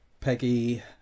Peggy